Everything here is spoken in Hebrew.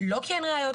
לא כי אין ראיות,